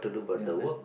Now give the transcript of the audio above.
ya that's